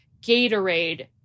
Gatorade